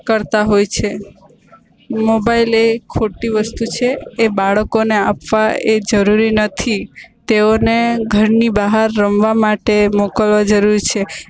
કરતાં હોય છે મોબાઈલ એ ખોટી વસ્તુ છે એ બાળકોને આપવા એ જરૂરી નથી તેઓને ઘરની બહાર રમવા માટે મોકલવા જરૂરી છે